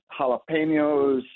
jalapenos